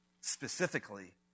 specifically